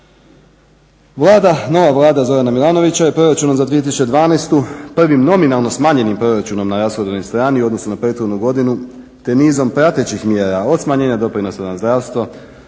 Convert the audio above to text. nova Vlada Zorana Milanovića je proračunom za 2012. prvim nominalno smanjenim proračunom na rashodovnoj strani u odnosu na prethodnu godinu te nizom pretećih mjera od smanjenja doprinosa na zdravstvo